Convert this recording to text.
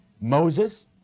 Moses